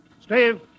Steve